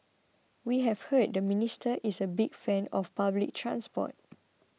we have heard the minister is a big fan of public transport